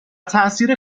تاثیر